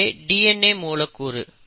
இங்கே DNA மூலக்கூறு